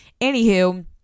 anywho